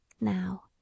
Now